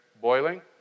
boiling